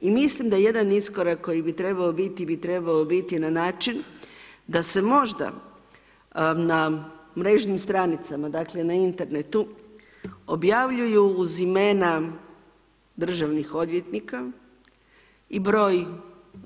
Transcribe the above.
I mislim da jedan iskorak koji bi trebao biti bi trebao biti na način da se možda na mrežnim stranicama, dakle na internetu objavljuju uz imena državnih odvjetnika i broj